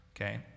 okay